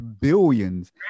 billions